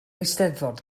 eisteddfod